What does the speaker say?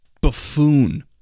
buffoon